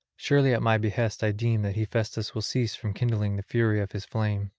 surely at my behest i deem that hephaestus will cease from kindling the fury of his flame,